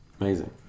Amazing